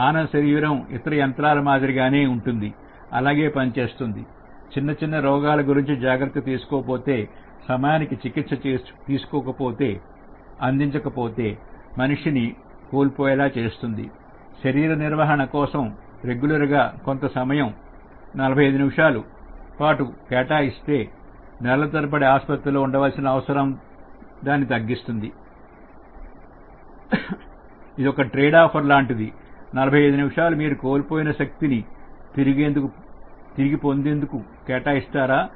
మానవ శరీరం ఇతర యంత్రాల మాదిరిగానే ఉంటుంది అలాగే పనిచేస్తుంది చిన్నచిన్న రోగాల గురించి జాగ్రత్త తీసుకోకపోతే సమయానికి చికిత్స తీసుకోకపోతే చికిత్స అందకపోతే మనిషి కోల్పోయేలా చేస్తుంది శరీర నిర్వహణ కోసం రెగ్యులర్గా కొంత సమయం 45 నిమిషాలు కేటాయిస్తే నెలల తరబడి ఆసుపత్రిలో ఉండవలసిన అవసరాన్ని తగ్గిస్తుంది ఇది ఒక ట్రేడ్ ఆఫర్ లాంటిది 45 నిమిషాలు మీరు కోల్పోయిన శక్తిని తిరిగి పొందేందుకు కేటాయిస్తా రా